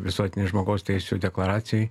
visuotinėj žmogaus teisių deklaracijoj